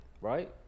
Right